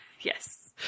Yes